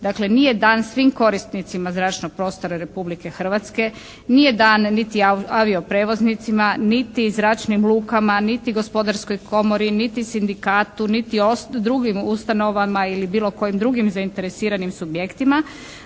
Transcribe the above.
dakle nije dan svim korisnicima zračnog prostora Republike Hrvatske, nije dan niti avio prijevoznicima niti zračnim lukama, niti gospodarskoj komori, niti sindikatu, niti drugim ustanovama ili bilo kojim drugim zainteresiranim subjektima